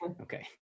okay